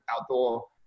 outdoor